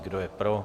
Kdo je pro?